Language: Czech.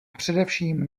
především